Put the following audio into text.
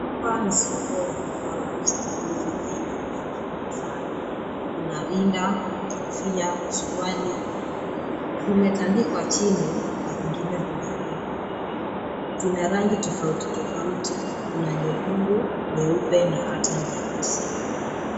Hapa ni sokoni na wanauza nguo za aina mingi sana. Kuna rinda, kofia, suruali zimetandikwa chini na zingine zimeanikwa. Zina rangi tofauti tofauti kuna nyekundu, nyeupe na hata nyeusi.